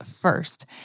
first